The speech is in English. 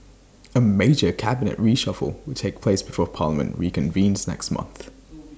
A major cabinet reshuffle will take place before parliament reconvenes next month